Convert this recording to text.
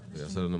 למה?